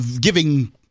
giving